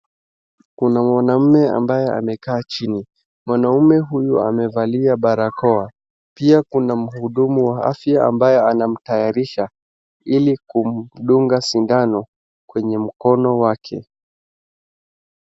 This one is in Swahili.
Kuna mwanaume ambaye amekaa chini. Mwanaume huyu amevalia barakoa. Pia kuna mhudumu wa afya ambaye anamtayarisha ili kumdunga sindano kwenye mkono wake.